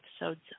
episodes